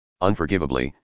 Unforgivably